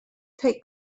take